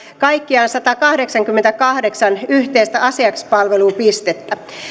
kaikkiaan satakahdeksankymmentäkahdeksan yhteistä asiakaspalvelupistettä